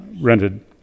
rented